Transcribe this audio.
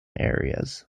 areas